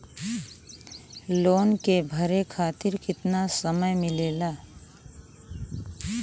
Loan के भरे खातिर कितना समय मिलेला?